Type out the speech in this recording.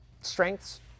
strengths